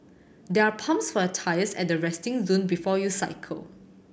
there are pumps for your tyres at the resting zone before you cycle